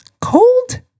Cold